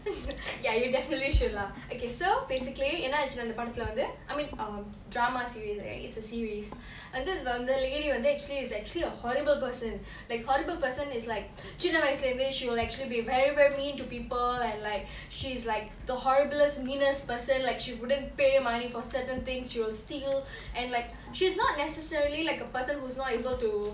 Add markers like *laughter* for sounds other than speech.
*laughs* ya you definitely should lah okay so basically என்னா ஆச்சுனா அந்த படத்துல வந்து:ennaa aachuna antha padathula vanthu I mean um drama series it's a series *breath* அந்த இதுல வந்து:antha ithula vanthu likiry வந்து:vanthu actually is actually a horrible person like horrible person is like சின்ன வயசுல இருந்தே:sinna vayasula irunthe she will actually be very very mean to people and like she's like the horriblest meanest person like she wouldn't pay money for certain things she will steal and like she's not necessarily like a person who's not able to